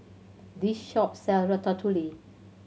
this shop sell Ratatouille